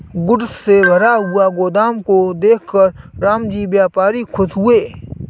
goods से भरा हुआ गोदाम को देखकर रामजी व्यापारी खुश हुए